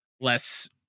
less